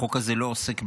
החוק הזה לא עוסק בדת,